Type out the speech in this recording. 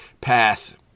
path